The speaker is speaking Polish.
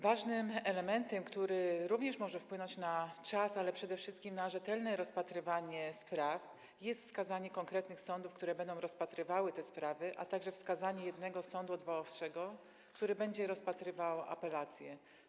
Ważnym elementem, który również może wpłynąć na czas, ale przede wszystkim na rzetelne rozpatrywanie spraw, jest wskazanie konkretnych sądów, które będą rozpatrywały te sprawy, a także wskazanie jednego sądu odwoławczego, który będzie rozpatrywał apelacje.